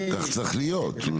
כך צריך להיות.